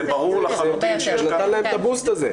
זה נתן להם את הבוסט הזה.